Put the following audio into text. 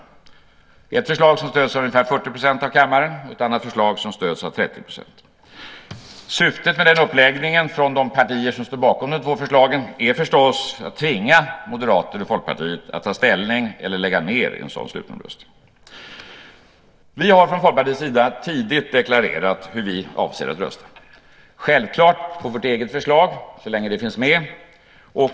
Det är ett förslag som stöds av ungefär 40 % av kammaren och ett annat förslag som stöds av 30 %. Syftet med den uppläggningen från de partier som står bakom de två förslagen är förstås att tvinga Moderaterna och Folkpartiet att ta ställning eller lägga ned rösterna i en slutomröstning. Vi har från Folkpartiets sida tidigt deklarerat hur vi avser att rösta: självklart på vårt eget förslag så länge det finns med.